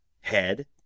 head